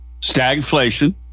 Stagflation